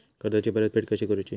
कर्जाची परतफेड कशी करूची?